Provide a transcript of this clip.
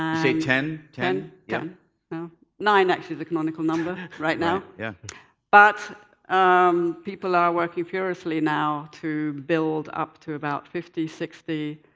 ah say ten? ten. yeah so nine actually is the economical number right now. yeah but um people are working furiously now to build up to about fifty, sixty,